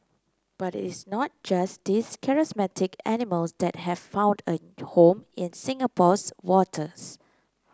but it's not just these charismatic animals that have found a home in Singapore's waters